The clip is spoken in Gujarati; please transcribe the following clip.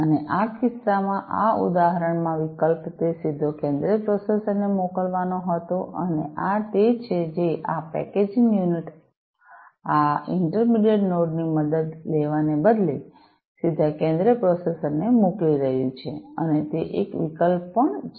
અને આ કિસ્સામાં આ ઉદાહરણમાં વિકલ્પ તે સીધો કેન્દ્રીય પ્રોસેસર ને મોકલવાનો હતો અને આ તે છે જે આ પેકેજિંગ યુનિટ આ ઇન્ટરમેડિયટ નોડ ની મદદ લેવાને બદલે સીધા કેન્દ્રીય પ્રોસેસર ને મોકલી રહ્યું છે અને તે એક વિકલ્પ પણ છે